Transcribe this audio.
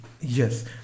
Yes